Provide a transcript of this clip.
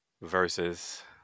Versus